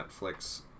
Netflix